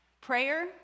Prayer